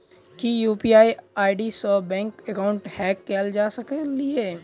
की UPI ID सऽ bank account hack कैल जा सकलिये?